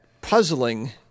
puzzling